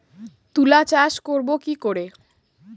তুলা চাষ করব কি করে?